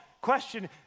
question